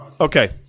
okay